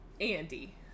Andy